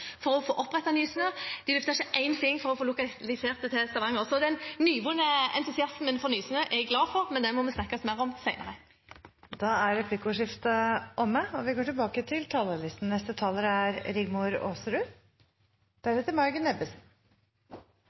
for å få opprettet Nysnø og ikke én finger for å få lokalisert det til Stavanger. Så den nyvunne entusiasmen for Nysnø er jeg glad for, men den må vi snakke mer om senere. Da er replikkordskiftet omme. Mens vi